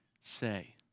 say